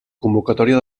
convocatòria